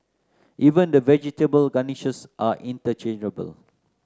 even the vegetable garnishes are interchangeable